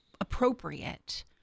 appropriate